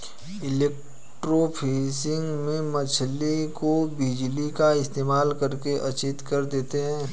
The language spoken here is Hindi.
इलेक्ट्रोफिशिंग में मछली को बिजली का इस्तेमाल करके अचेत कर देते हैं